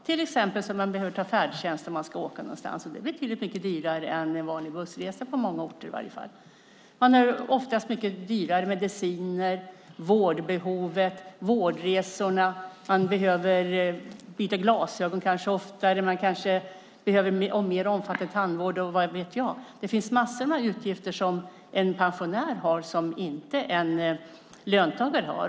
Till exempel kan man behöva ta färdtjänst om man ska åka någonstans, och det är betydligt dyrare än en vanlig bussresa på många orter. Man har oftast mycket dyrare mediciner, större vårdbehov och kostnader för vårdresor. Man kanske behöver byta glasögon oftare, behöver mer omfattande tandvård och vad vet jag. Det finns massor av utgifter som en pensionär har som inte en löntagare har.